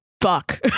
fuck